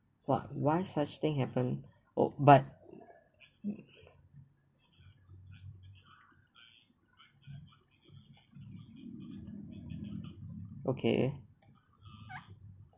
!wah! why such thing happen but okay